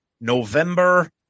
november